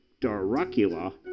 Dracula